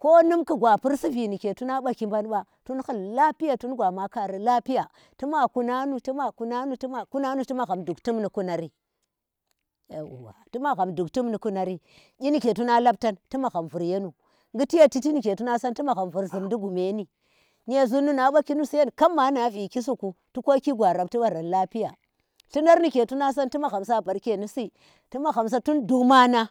ko nunki gwa pursi v, ni tuna baki banba tun hul lafiya tun gwa ma karin Lafiya. Tima kuna nu, tima kuna nu ti ma kuna nu, ti magham duk ti mi ni kunari yauwa, ti magham duk timi ni kumari. kyi ndike tuna labtan ti magham vur yonu, ghiti ye chiti nike yuna san ti magahm vur zhumdi gume ye ni myezunu na baki nu siyen kab maa na viki siku tu koki gwa rafti waram lafiya. thlunar nike tum san ti mgahm sa barke nisi tuma santun dumana.